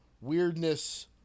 weirdness